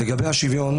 לגבי השוויון,